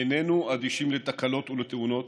איננו אדישים לתקלות ולתאונות,